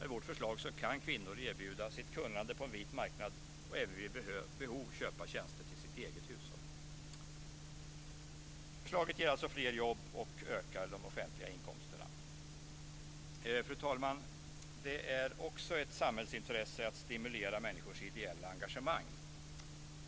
Med vårt förslag kan kvinnor erbjuda sitt kunnande på en vit marknad och även vid behov köpa tjänster till sitt eget hushåll. Förslaget ger alltså fler jobb och ökar de offentliga inkomsterna. Fru talman! Det är också ett samhällsintresse att stimulera människors ideella engagemang.